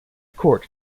court